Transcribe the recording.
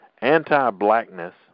anti-blackness